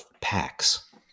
packs